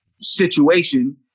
situation